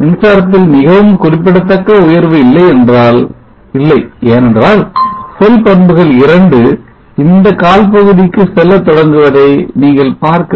மின்சாரத்தில் மிகவும் குறிப்பிடத்தக்க உயர்வு இல்லை ஏனென்றால் செல் பண்புகள் 2 இந்த கால் பகுதிக்கு செல்ல தொடங்குவதை நீங்கள் பார்க்கிறீர்கள்